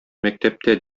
мәктәптә